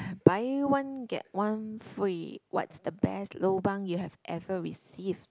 buy one get one free what's the best lobang you have ever received